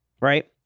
right